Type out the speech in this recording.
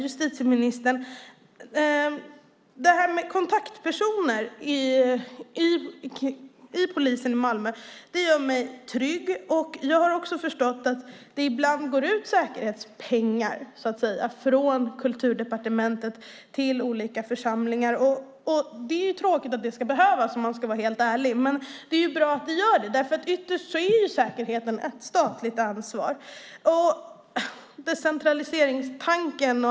Justitieminister Beatrice Ask nämnde kontaktpersoner hos polisen i Malmö. Det gör mig trygg, och jag har förstått att det ibland går ut så att säga säkerhetspengar från Kulturdepartementet till olika församlingar. Om man ska vara helt ärlig är det tråkigt att det behövs, men det är bra att så sker. Ytterst är säkerheten ett statligt ansvar.